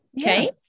Okay